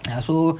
and I also